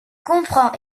comprend